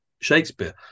Shakespeare